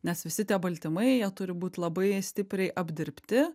nes visi tie baltymai jie turi būti labai stipriai apdirbti